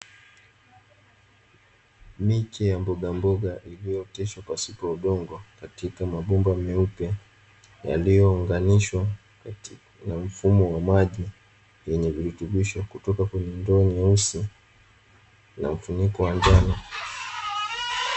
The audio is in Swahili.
Miche ya mbogamboga iliyooteshwa pasipo udongo katika mabomba meupe, yaliyounganishwa katika mfumo wa maji yenye virutubisho kutoka kwenye ndoo nyeusi na mfuniko wa njano.